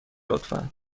لطفا